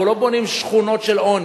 אנחנו לא בונים שכונות של עוני,